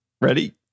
Ready